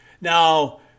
Now